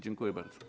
Dziękuję bardzo.